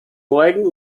morgen